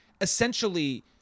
essentially